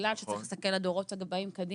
בגלל שצריך להסתכל על הדורות הבאים קדימה,